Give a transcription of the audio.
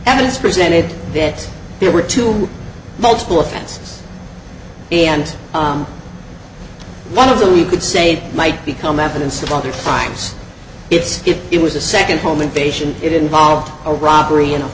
evidence presented that there were two multiple offenses and one of them you could say might become evidence of other crimes it's if it was a second home invasion it involved a robbery